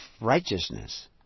righteousness